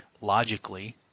logically